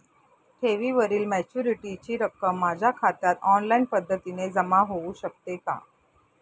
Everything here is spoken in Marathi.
ठेवीवरील मॅच्युरिटीची रक्कम माझ्या खात्यात ऑनलाईन पद्धतीने जमा होऊ शकते का?